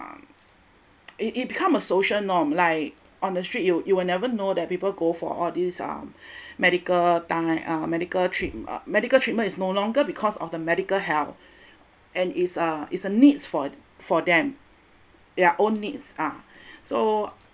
it it become a social norm like on the street you you will never know that people go for all these um medical thai~ uh medical trea~ uh medical treatment is no longer because of the medical health and is uh is a needs for for them their own needs ah so